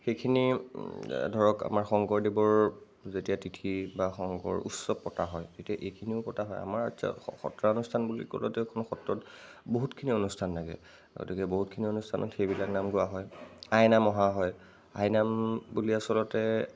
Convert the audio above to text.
সেইখিনি ধৰক আমাৰ শংকৰদেৱৰ যেতিয়া তিথি বা শংকৰ উৎসৱ পতা হয় তেতিয়া এইখিনিও পতা হয় আমাৰ সত্ৰানুষ্ঠান বুলি ক'লতে কোনো সত্ৰত বহুতখিনি অনুষ্ঠান থাকে গতিকে বহুতখিনি অনুষ্ঠানত সেইবিলাক নাম গোৱা হয় আইনাম অহা হয় আইনাম বুলি আচলতে